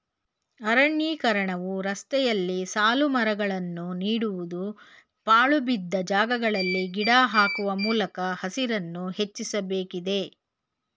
ಅರಣ್ಯೀಕರಣವು ರಸ್ತೆಯಲ್ಲಿ ಸಾಲುಮರಗಳನ್ನು ನೀಡುವುದು, ಪಾಳುಬಿದ್ದ ಜಾಗಗಳಲ್ಲಿ ಗಿಡ ಹಾಕುವ ಮೂಲಕ ಹಸಿರನ್ನು ಹೆಚ್ಚಿಸಬೇಕಿದೆ